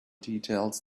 details